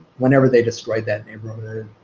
whenever they destroyed that neighborhood